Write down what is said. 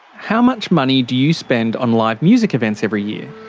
how much money do you spend on live music events every year?